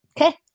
Okay